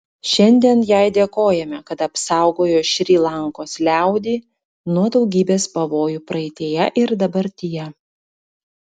šiandien jai dėkojame kad apsaugojo šri lankos liaudį nuo daugybės pavojų praeityje ir dabartyje